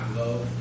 love